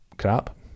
crap